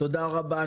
תודה רבה.